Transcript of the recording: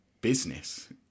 business